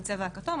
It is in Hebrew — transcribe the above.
בצבע הכתום.